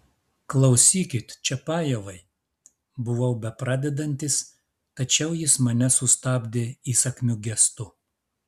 klausykit čiapajevai buvau bepradedantis tačiau jis mane sustabdė įsakmiu gestu